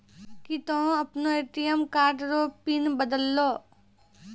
की तोय आपनो ATM card रो पिन बदलहो